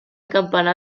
campanar